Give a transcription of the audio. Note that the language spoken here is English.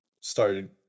started